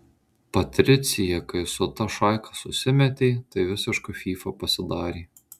patricija kai su ta šaika susimetė tai visiška fyfa pasidarė